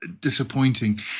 disappointing